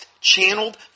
channeled